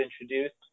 introduced